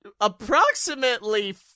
approximately